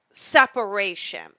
separation